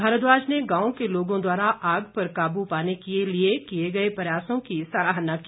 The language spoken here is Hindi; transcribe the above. भारद्वाज ने गांव के लोगों द्वारा आग पर काबू पाने के लिए किए गए प्रयासों की सराहना की